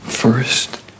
First